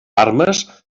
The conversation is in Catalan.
armes